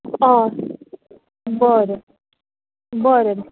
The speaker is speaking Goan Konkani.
हय बरें बरें